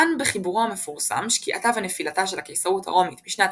טען בחיבורו המפורסם שקיעתה ונפילתה של הקיסרות הרומאית משנת